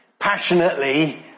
passionately